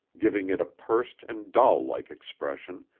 giving it a pursed and doll-like expression,